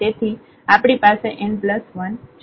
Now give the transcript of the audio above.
તેથી આપણી પાસે n 1 છે